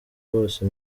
bose